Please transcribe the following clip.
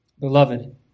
Beloved